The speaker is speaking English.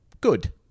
good